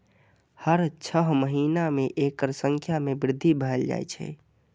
हर छह महीना मे एकर संख्या मे वृद्धि भए जाए छै